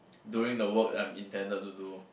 during the work I am intended to do